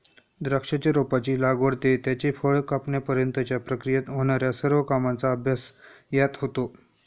द्राक्षाच्या रोपाची लागवड ते त्याचे फळ कापण्यापर्यंतच्या प्रक्रियेत होणार्या सर्व कामांचा अभ्यास यात होतो